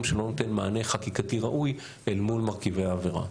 שלא נותן מענה חקיקתי ראוי אל מול מרכיבי העבירה.